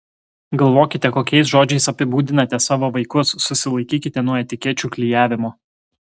galvokite kokiais žodžiais apibūdinate savo vaikus susilaikykite nuo etikečių klijavimo